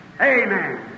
Amen